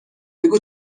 بگو